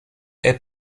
est